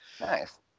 Nice